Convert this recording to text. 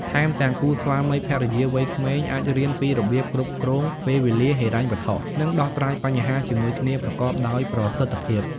ថែមទាំងគូស្វាមីភរិយាវ័យក្មេងអាចរៀនពីរបៀបគ្រប់គ្រងពេលវេលា ហិរញ្ញវត្ថុ និងដោះស្រាយបញ្ហាជាមួយគ្នាប្រកបដោយប្រសិទ្ធភាព។